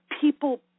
people